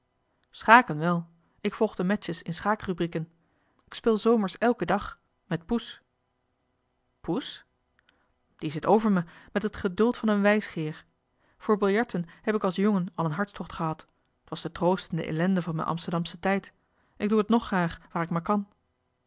wel ik volg de matches in schaakrubrieken k speel s zomers elke dag met poes poes die zit over me met het geduld van een wijsgeer voor biljarten heb ik als jongen al een hartstocht gehad t was de troost in de ellenden van m'en amsterdamsche tijd k doe het nog graag waar ik maar kan